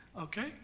Okay